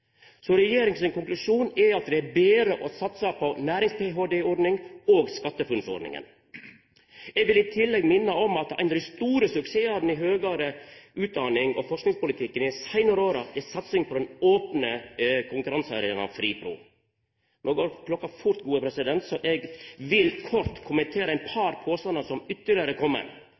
Så regjeringa sin konklusjon er at det er betre å satsa på ordningane med nærings-ph.d. og SkatteFUNN. Eg vil i tillegg minna om at ein av dei store suksessane i høgare utdannings- og forskingspolitikken i dei seinare åra er satsinga på den opne konkurransearenaen FRIPRO. No går klokka fort, så eg vil kort kommentera eit par påstandar som ytterlegare